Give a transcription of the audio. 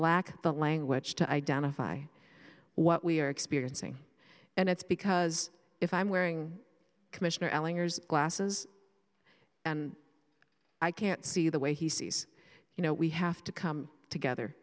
lack the language to identify what we are experiencing and it's because if i'm wearing commissioner eleanor's glasses and i can't see the way he sees you know we have to come together